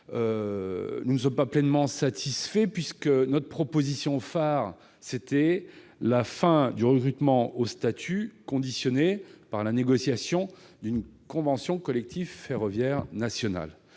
nous ne sommes pas pleinement satisfaits. En effet, notre position phare, la fin du recrutement au statut conditionnée à la négociation d'une convention collective ferroviaire nationale,